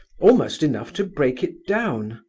almost enough to break it down.